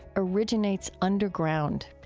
originates underground.